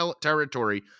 territory